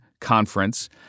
Conference